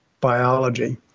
biology